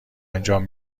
انجام